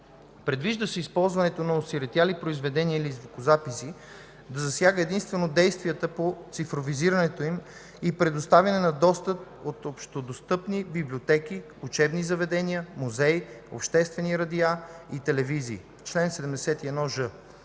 Предвижда се използването на „осиротяли” произведения или звукозаписи да засяга единствено действията по цифровизирането им и предоставяне на достъп от общодостъпни библиотеки, учебни заведения, музеи, обществени радиа и телевизии (чл. 71ж).